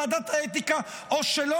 של ועדת האתיקה או שלו,